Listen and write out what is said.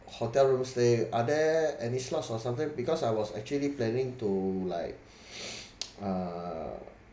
hotel rooms there are there any slots or something because I was actually planning to like uh